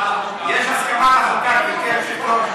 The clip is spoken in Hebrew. יש הסכמה על חוקה, גברתי היושבת-ראש.